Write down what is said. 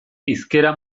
hizkera